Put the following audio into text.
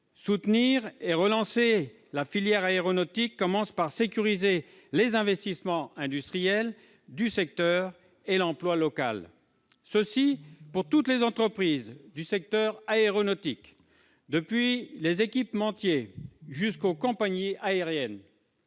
soutenir et relancer la filière aéronautique, il faut commencer par sécuriser les investissements industriels du secteur et l'emploi local, et ce pour toutes les entreprises du secteur aéronautique, des équipementiers jusqu'aux compagnies aériennes.